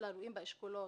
אותו דבר,